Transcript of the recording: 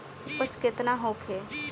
उपज केतना होखे?